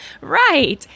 Right